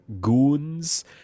goons